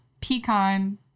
pecan